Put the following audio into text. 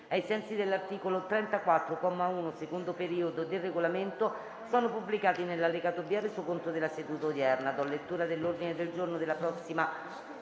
ai sensi dell'articolo 34, comma 1, secondo periodo, del Regolamento sono pubblicati nell'allegato B al Resoconto della seduta odierna.